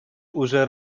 уже